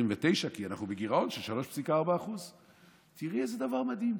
כי אנחנו בגירעון של 3.4%. תראי איזה דבר מדהים: